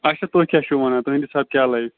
اچھا تُہۍ کیٛاہ چھو ونان تُہنٛدِ حساب کیاہ لایہِ